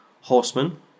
horsemen